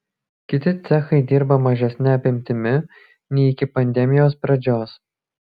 kiti cechai dirba mažesne apimtimi nei iki pandemijos pradžios